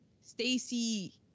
Stacey